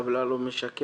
הטבלה לא משקרת.